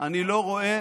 אני לא רואה,